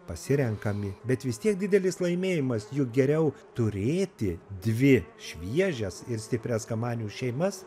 pasirenkami bet vis tiek didelis laimėjimas juk geriau turėti dvi šviežias ir stiprias kamanių šeimas